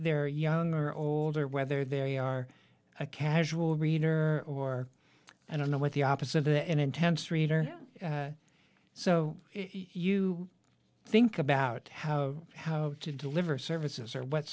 they're young or old or whether they are a casual reader or i don't know what the opposite they're in intense reader so you think about how how to deliver services or what